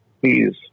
please